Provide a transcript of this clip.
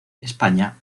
españa